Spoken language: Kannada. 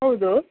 ಹೌದು